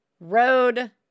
road